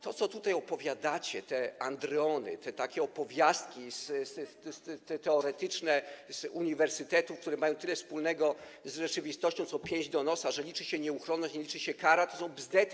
To, co tutaj opowiadacie, te androny, te takie opowiastki teoretyczne z uniwersytetów, które mają tyle wspólnego z rzeczywistością, co pięść do nosa, że liczy się nieuchronność, nie liczy się kara, to są bzdety.